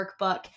workbook